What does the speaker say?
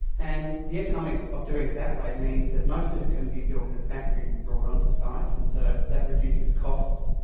and the economics of doing it that way means that most of it can be built in a factory and then and brought on to site, and so that reduces costs.